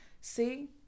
see